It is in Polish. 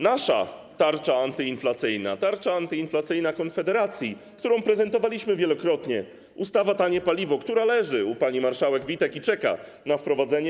Nasza tarcza antyinflacyjna, tarcza antyinflacyjna Konfederacji, którą prezentowaliśmy wielokrotnie, to m.in. ustawa: tanie paliwo, która leży u pani marszałek Witek i czeka na wprowadzenie.